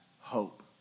hope